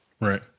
Right